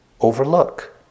overlook